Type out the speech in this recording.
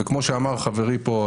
וכמו שאמר חברי פה,